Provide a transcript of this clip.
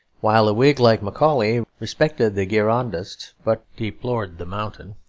while a whig like macaulay respected the girondists but deplored the mountain,